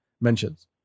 mentions